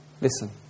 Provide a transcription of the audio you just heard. Listen